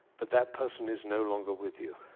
but that person is no longer with you.